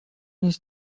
نیز